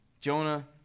Jonah